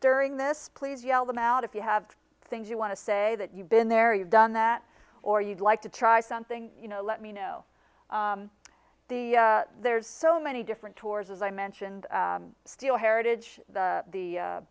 during this please yell them out if you have things you want to say that you've been there you've done that or you'd like to try something you know let me know the there's so many different tours as i mentioned still heritage the